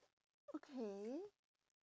okay